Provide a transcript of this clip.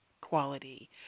quality